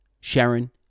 Sharon